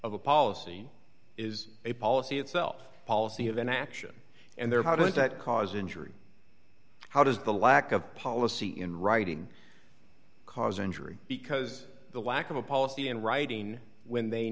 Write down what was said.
of a policy is a policy itself policy of an action and there how does that cause injury how does the lack of policy in writing cause injury because the lack of a policy in writing when they